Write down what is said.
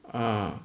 ah